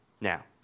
Now